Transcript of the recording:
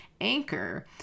Anchor